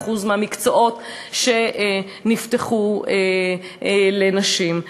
92% מהמקצועות שנפתחו לנשים,